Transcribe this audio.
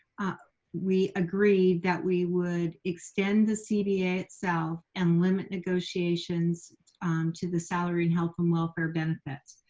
ah we agreed that we would extend the cba itself and limit negotiations to the salary and health and welfare benefits.